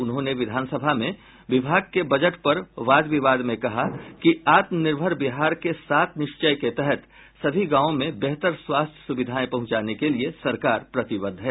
उन्होंने विधानसभा में विभाग के बजट पर वाद विवाद में कहा कि आत्मनिर्भर बिहार के सात निश्चय के तहत सभी गांवों में बेहतर स्वास्थ्य सुविधाएं पहुंचाने के लिए सरकार प्रतिबद्ध है